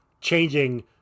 Changing